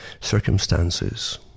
circumstances